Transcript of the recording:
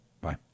Bye